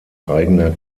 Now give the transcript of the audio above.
eigener